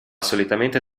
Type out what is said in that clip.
solitamente